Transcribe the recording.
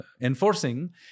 enforcing